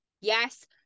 yes